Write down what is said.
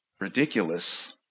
ridiculous